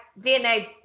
dna